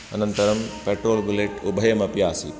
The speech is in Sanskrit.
अनन्तरं पेट्रोल् बुलेट् उभयमपि आसीत्